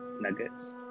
nuggets